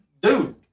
dude